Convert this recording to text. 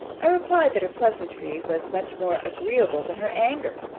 i replied, that her pleasantry was much more agreeable than her anger.